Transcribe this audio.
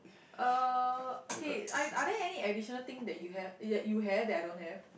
uh okay are are there any additional thing that you have that you have that I don't have